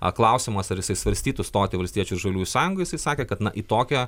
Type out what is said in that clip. a klausiamas ar jisai svarstytų stoti į valstiečių ir žaliųjų sąjungą jisai sakė kad na į tokią